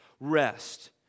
rest